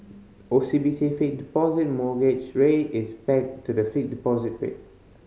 O C B C Fixed Deposit Mortgage Rate is pegged to the fixed deposit rate